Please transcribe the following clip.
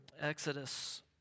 Exodus